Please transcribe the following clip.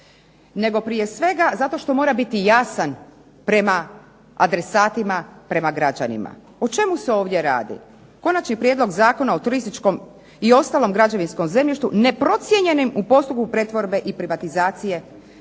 nego prije svega što mora biti jasan prema adresatima, prema građanima. O čemu se ovdje radi? Prijedlog zakona o turističkom i ostalom građevinskom zemljištu neprocijenjenim u procesu pretvorbe i privatizacije,